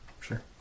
Sure